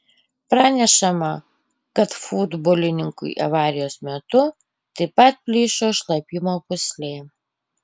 pranešama kad futbolininkui avarijos metu taip pat plyšo šlapimo pūslė